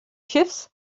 schiffs